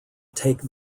take